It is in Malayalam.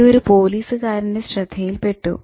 ഇത് ഒരു പോലീസുകാരന്റെ ശ്രദ്ധയിൽ പെട്ടു